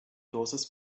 dosis